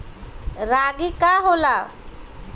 रागी का होला?